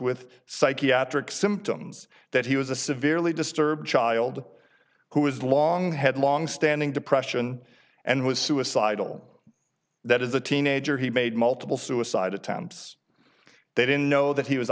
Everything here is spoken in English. with psychiatric symptoms that he was a severely disturbed child who is long had longstanding depression and was suicidal that as a teenager he made multiple suicide attempts they didn't know that he was